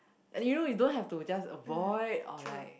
like you know you don't have to just avoid or like